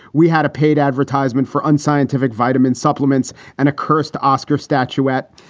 we had a paid advertisement for unscientific vitamin supplements and a curse to oscar statuette.